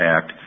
Act